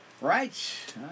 Right